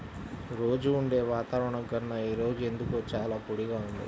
రోజూ ఉండే వాతావరణం కన్నా ఈ రోజు ఎందుకో చాలా పొడిగా ఉంది